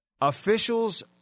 Officials